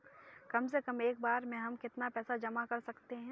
कम से कम एक बार में हम कितना पैसा जमा कर सकते हैं?